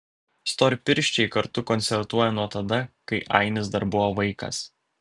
storpirščiai kartu koncertuoja nuo tada kai ainis dar buvo vaikas